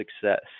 success